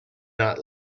not